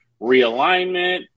Realignment